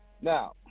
Now